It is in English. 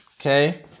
Okay